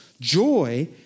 Joy